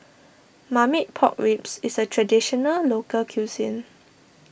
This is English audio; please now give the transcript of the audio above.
Marmite Pork Ribs is a Traditional Local Cuisine